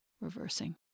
reversing